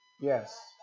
Yes